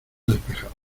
despejada